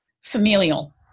familial